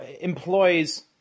employs